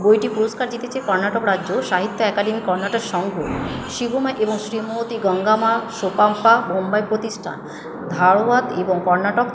বইটি পুরস্কার জিতেছে কর্ণাটক রাজ্য সাহিত্য একাডেমী কর্ণাটক সংঘ শিঘোমা এবং শ্রীমতী গঙ্গামা সোপাম্পা বোম্বাই প্রতিষ্ঠা ধারওয়াত এবং কর্ণাটক